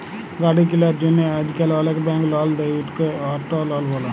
গাড়ি কিলার জ্যনহে আইজকাল অলেক ব্যাংক লল দেই, উটকে অট লল ব্যলে